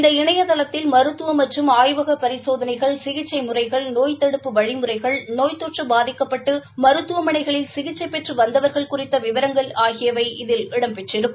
இந்த இணையதளத்தில் மருத்துவம் மற்றும் ஆய்வக பரிசோதனைகள் சிகிச்சை முறைகள் நோய் தடுப்பு வழிமுறைகள் நோய் தொற்று பாதிக்கப்பட்டு மருத்துவமளைகளில் சிகிச்சை பெற்று வந்தவர்கள் குறித்த விவரங்கள் ஆகியவை இதில் இடம்பெற்றிருக்கும்